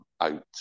out